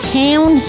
town